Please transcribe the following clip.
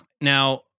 Now